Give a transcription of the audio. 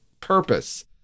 purpose